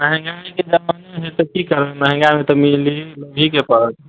महंगाइके जमाना हइ तऽ की करबै महंगामे तऽ लिएके पड़त